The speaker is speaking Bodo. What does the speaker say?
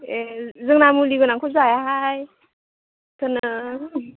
ए जोंना मुलि गोनांखौ जायाहाय जोंना